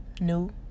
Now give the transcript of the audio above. new